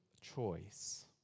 choice